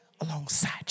alongside